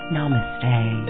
Namaste